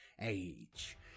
age